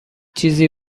چیزی